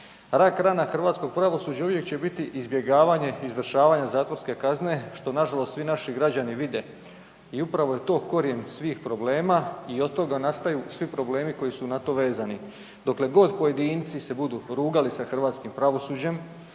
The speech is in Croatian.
Rak rana hrvatskog pravosuđa uvijek će biti izbjegavanje izvršavanja zatvorske kazne što nažalost svi naši građani vide i upravo je to korijen svih problema i od toga nastaju svi problemi koji su na to vezani. Dokle god pojedinci se budu rugali sa hrvatskim pravosuđem